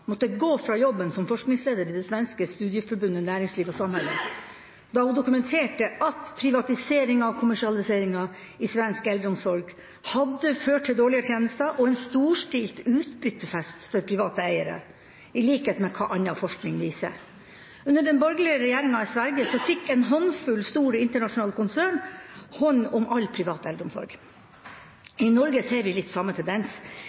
da hun dokumenterte at privatiseringa og kommersialiseringa i svensk eldreomsorg hadde ført til dårligere tjenester og en storstilt utbyttefest for private eiere, i likhet med hva annen forskning viser. Under den borgerlige regjeringa i Sverige fikk en håndfull store, internasjonale konsern hånd om all privat eldreomsorg. I Norge ser vi litt samme tendens.